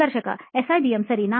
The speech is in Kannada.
ಸಂದರ್ಶಕ SIBM ಸರಿ